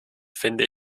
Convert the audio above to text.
finde